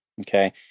Okay